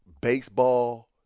Baseball